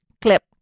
clip